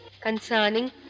concerning